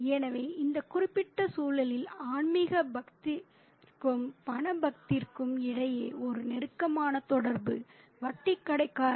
எனவே இந்த குறிப்பிட்ட சூழலில் ஆன்மீகப் பக்கத்திற்கும் பணப் பக்கத்திற்கும் இடையே ஒரு நெருக்கமான தொடர்பு வட்டிக்கடைக்காரன்